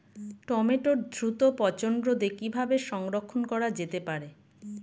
টমেটোর দ্রুত পচনরোধে কিভাবে সংরক্ষণ করা যেতে পারে?